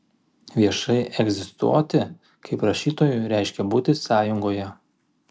viešai egzistuoti kaip rašytojui reiškė būti sąjungoje